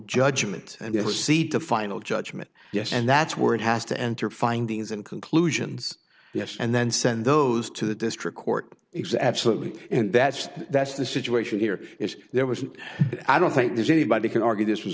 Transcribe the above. judgment and your seat a final judgment yes and that's where it has to enter findings and conclusions yes and then send those to the district court exactly and that's that's the situation here is there was i don't think there's anybody can argue this was